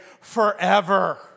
forever